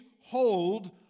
hold